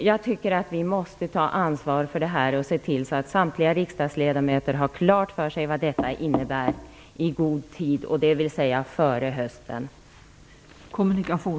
Jag tycker att vi måste ta ansvar för det här och se till att samtliga riksdagsledamöter har klart för sig vad detta innebär i god tid, dvs. före hösten.